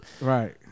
Right